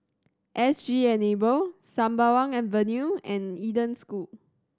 S G Enable Sembawang Avenue and Eden School